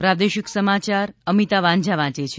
પ્રાદેશિક સમાયાર અમિતા વાંઝા વાંચ છે